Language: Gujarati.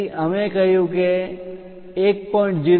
તેથી અમે કહ્યું કે 1